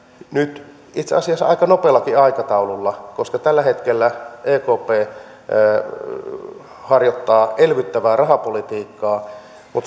nyt itse asiassa aika nopeallakin aikataululla koska tällä hetkellä ekp harjoittaa elvyttävää rahapolitiikkaa mutta